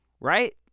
Right